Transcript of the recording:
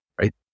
right